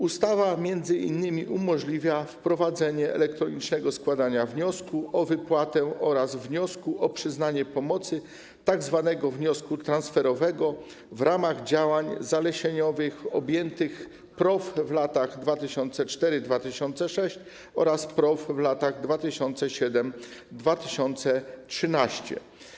Ustawa m.in. umożliwia wprowadzenie elektronicznego składania wniosku o wypłatę oraz wniosku o przyznanie pomocy, tzw. wniosku transferowego, w ramach działań zalesieniowych objętych PROW na lata 2004-2006 oraz PROW na lata 2007-2013.